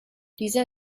dieser